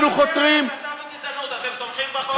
בלי הסתה וגזענות אתם תומכים בחוק?